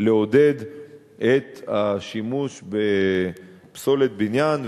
לעודד את השימוש בפסולת בניין.